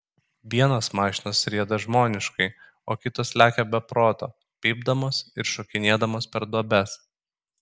vienos mašinos rieda žmoniškai o kitos lekia be proto pypdamos ir šokinėdamos per duobes